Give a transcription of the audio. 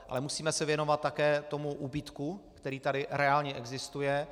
Ale musíme se věnovat také tomu úbytku, který tady reálně existuje.